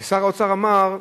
כי שר האוצר אמר: